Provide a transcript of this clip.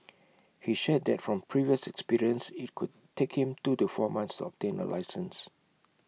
he shared that from previous experience IT could take him two to four months obtain A licence